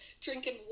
Drinking